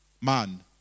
man